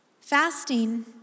Fasting